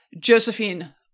Josephine